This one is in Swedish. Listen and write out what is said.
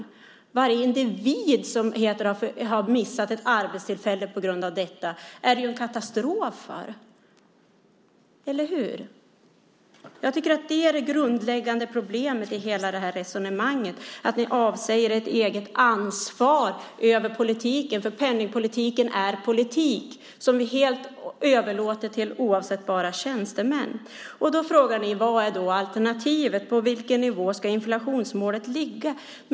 Det är en katastrof för varje individ som har missat ett arbetstillfälle på grund av detta. Jag tycker att det grundläggande problemet i hela resonemanget är att ni avsäger er ert eget ansvar för politiken. Penningpolitiken är politik, som vi här helt överlåter till oavsättbara tjänstemän. Ni frågar: Vad är alternativet? På vilken nivå ska inflationsmålet ligga?